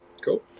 cool